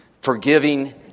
forgiving